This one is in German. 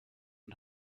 und